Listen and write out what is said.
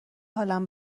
حالم